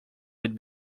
would